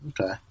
Okay